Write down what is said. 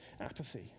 apathy